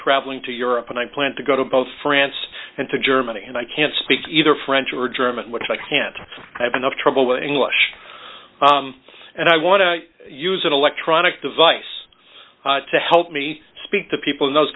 traveling to europe and i plan to go to both france and to germany and i can speak either french or german which i can't i have enough trouble in english and i want to use an electronic device to help me speak to people in those